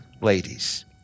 ladies